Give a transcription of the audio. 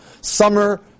summer